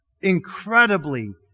incredibly